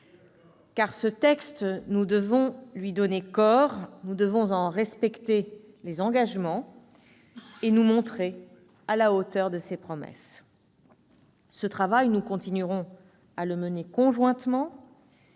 ! Ce texte, nous devons lui donner corps ; nous devons en respecter les engagements et nous montrer à la hauteur de ses promesses. Ce travail, nous continuerons à le mener conjointement.